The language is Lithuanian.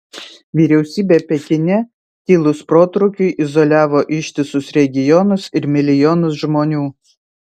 vyriausybė pekine kilus protrūkiui izoliavo ištisus regionus ir milijonus žmonių